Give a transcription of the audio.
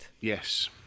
Yes